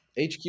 HQ